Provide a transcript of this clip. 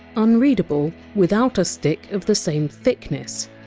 unreadable without a stick of the same thickness.